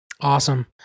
awesome